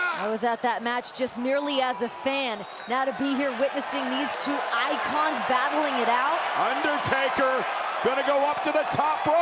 i was at that match just merely as a fan. now to be here witnessing these two icons battling it out undertaker gonna go up to the top rope,